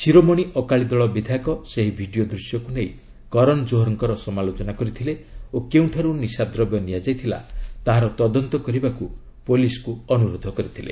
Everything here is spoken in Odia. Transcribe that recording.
ଶିରୋମଣି ଅକାଳୀ ଦଳ ବିଧାୟକ ସେହି ଭିଡ଼ିଓ ଦୂଶ୍ୟକୁ ନେଇ କରନ୍ କୋହର୍ଙ୍କର ସମାଲୋଚନା କରିଥିଲେ ଓ କେଉଁଠାରୁ ନିଶାଦ୍ରବ୍ୟ ନିଆଯାଇଥିଲା ତାହାର ତଦନ୍ତ କରିବାକୁ ପୁଲିସ୍କୁ ଅନୁରୋଧ କରିଥିଲେ